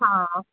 ਹਾਂ